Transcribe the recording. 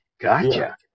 gotcha